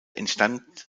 entstand